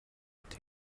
mit